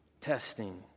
Testing